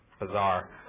bizarre